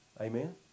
Amen